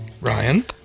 Ryan